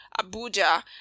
Abuja